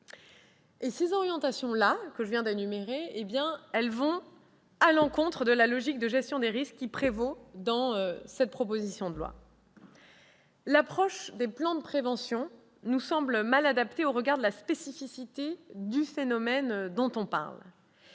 Les orientations que je viens d'énumérer vont à l'encontre de la logique de gestion des risques qui prévaut dans la proposition de loi. L'approche des plans de prévention nous semble mal adaptée au regard de la spécificité du phénomène évoqué.